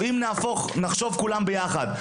אם נחשוב כולנו יחד,